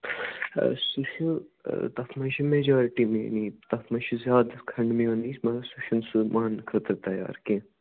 حظ سُہ چھُ تتھ منٛز چھِ میجارٹی میٛٲنی تتھ منٛز چھُ زیادٕ کھنٛڈ میٛٲنی مگر سُہ چھُ نہٕ سُہ ماننہٕ خٲطرٕ تیار کیٚنٛہہ